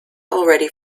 already